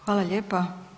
Hvala lijepa.